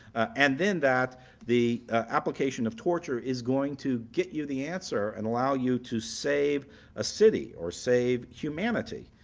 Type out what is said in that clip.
and then that the application of torture is going to get you the answer and allow you to save a city or save humanity.